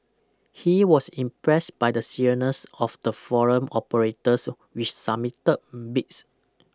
he was impressed by the seriousness of the foreign operators which submitted bids